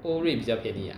old rate 比较便宜啊